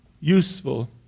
Useful